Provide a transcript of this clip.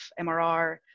MRR